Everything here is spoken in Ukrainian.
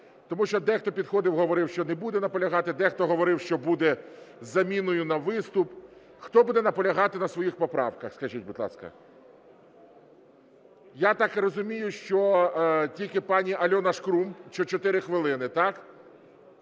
тому що дехто підходив, говорив, що не буде наполягати, дехто говорив, що буде з заміною на виступ. Хто буде наполягати на своїх поправках, скажіть, будь ласка? Я так розумію, що тільки пані Альона Шкрум, 4 хвилини, так?